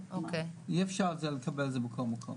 אי אפשר לקבל את זה בכל מקום,